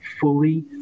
fully